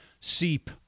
seep